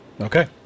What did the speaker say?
Okay